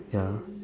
ya